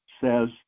says